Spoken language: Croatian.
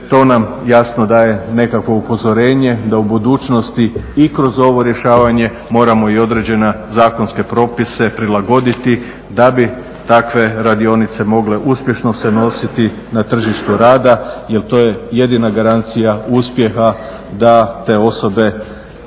To nam jasno daje nekakvo upozorenje da u budućnosti i kroz ovo rješavanje moramo i određene zakonske propise prilagoditi da bi takve radionice mogle uspješno se nositi na tržištu rada. Jer to je jedina garancija uspjeha da te osobe